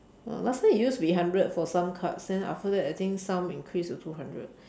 uh last time it used to be hundred for some cards then after that I think some increase to two hundred